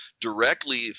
directly